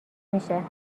میشه